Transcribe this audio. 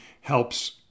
helps